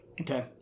Okay